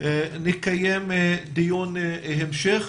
נקיים דיון המשך,